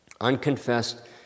Unconfessed